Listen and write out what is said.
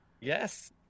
Yes